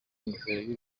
ingofero